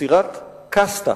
יצירת קאסטה